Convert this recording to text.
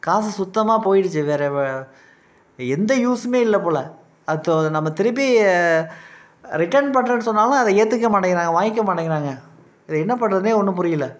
காசு சுத்தமாக போயிடுச்சு வேறு வ எந்த யூஸுமே இல்லை போல அத்தோ அதை நம்ம திருப்பி ரிட்டன் பண்ணுறேன்னு சொன்னாலும் அதை ஏற்றுக்க மாட்டேங்கிறாங்க வாங்கிக்க மாட்டேங்கிறாங்க இதை என்ன பண்ணுறதுன்னே ஒன்றும் புரியிலை